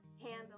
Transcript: handle